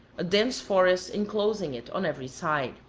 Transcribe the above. a dense forest inclosing it on every side.